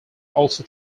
also